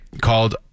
called